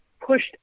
pushed